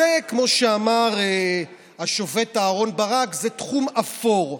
כמו שאמר השופט אהרן ברק, זה תחום אפור,